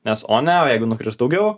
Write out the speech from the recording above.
nes o ne jeigu nukris daugiau